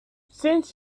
since